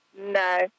No